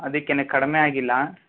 ಅದಿಕ್ಕೆ ಕಡಿಮೆ ಆಗಿಲ್ಲ